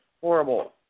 horrible